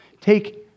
Take